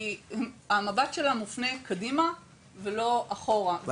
המבט שלה מופנה קדימה ולא אחורה.